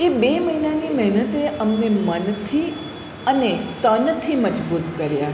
એ બે મહિનાની મહેનતે અમને મનથી અને તનથી મજબૂત કર્યા